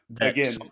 again